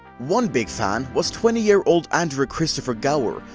one big fan was twenty year old andrew christopher gower,